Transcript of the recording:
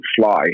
fly